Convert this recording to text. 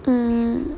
mm